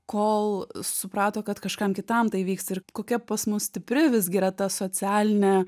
kol suprato kad kažkam kitam tai vyksta ir kokia pas mus stipri visgi yra ta socialinė